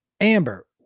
Amber